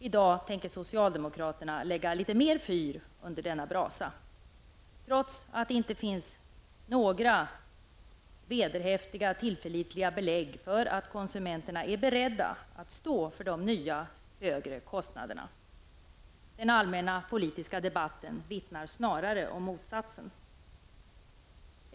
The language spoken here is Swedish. I dag tänker socialdemokraterna lägga litet mer fyr under denna brasa, trots att det inte finns några vederhäftiga och tillförlitliga belägg för att konsumenterna är beredda att stå för de nya högre kostnaderna. Den allmänna politiska debatten vittnar snarare om motsatsen.